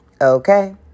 okay